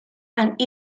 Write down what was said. and